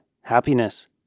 happiness